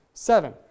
Seven